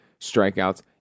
strikeouts